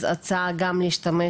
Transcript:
אז ההצעה גם להשתמש